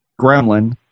gremlin